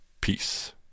Peace